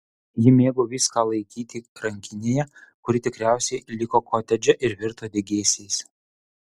ji mėgo viską laikyti rankinėje kuri tikriausiai liko kotedže ir virto degėsiais